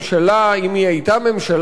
אם היא היתה ממשלה ראויה,